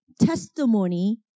testimony